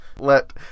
Let